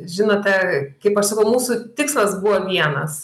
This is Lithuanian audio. žinote kaip aš sakau mūsų tikslas buvo vienas